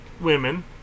Women